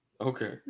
Okay